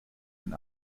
den